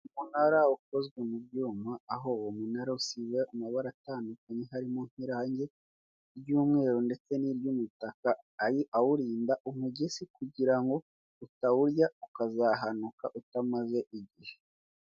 Umunara ukozwe mu byuma aho uwo munara usigwa amabara atandukanye harimo nk'irangi ry'umweru ndetse n'iry' umutuku awurinda umugese kugira ngo utawurya, ukazahanuka utamaze igihe.